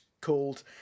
called